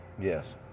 Yes